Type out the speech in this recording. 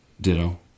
Ditto